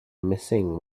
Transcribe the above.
missing